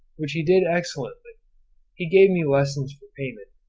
which he did excellently he gave me lessons for payment,